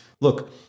look